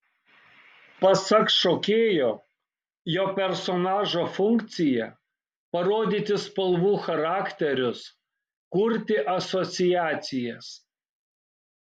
pasak šokėjo jo personažo funkcija parodyti spalvų charakterius kurti asociacijas